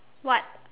what